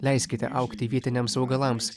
leiskite augti vietiniams augalams